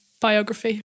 biography